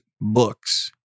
books